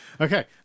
Okay